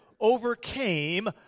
overcame